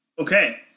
Okay